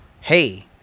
Hey